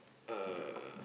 uh